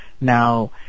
Now